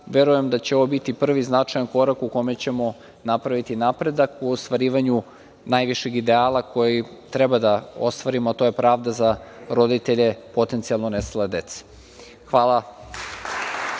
verujem da će ovo biti prvi značajan korak u kome ćemo napraviti napredak u ostvarivanju najvišeg ideala koji treba da ostvarimo, a to je pravda za roditelje potencijalno nestale dece. Hvala.